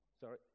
sorry